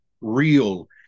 real